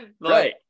right